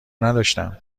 نداشتم